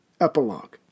Epilogue